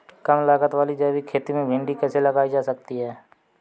कम लागत वाली जैविक खेती में भिंडी कैसे लगाई जा सकती है?